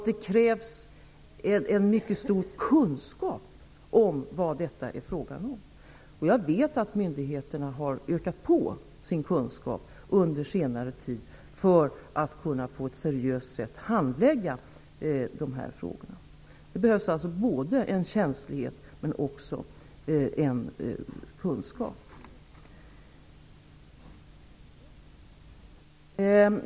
Det krävs en mycket stor kunskap om vad det egentligen är fråga om. Jag vet att myndigheterna under senare tid har ökat på sin kunskap för att på ett seriöst sätt kunna handlägga dessa frågor. Det behövs alltså både känslighet och kunskap.